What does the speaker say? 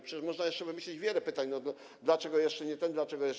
Przecież można jeszcze wymyśleć wiele pytań: Dlaczego jeszcze nie ten, dlaczego jeszcze.